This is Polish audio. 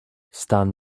stan